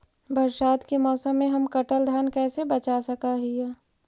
बरसात के मौसम में हम कटल धान कैसे बचा सक हिय?